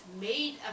made